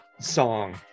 song